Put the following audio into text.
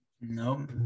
No